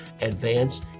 advance